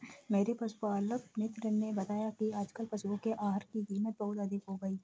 मेरे पशुपालक मित्र ने बताया कि आजकल पशुओं के आहार की कीमत बहुत अधिक हो गई है